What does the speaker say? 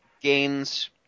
gains